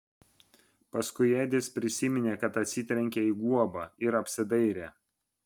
paskui edis prisiminė kad atsitrenkė į guobą ir apsidairė